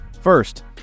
First